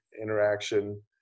interaction